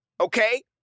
Okay